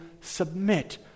submit